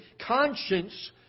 conscience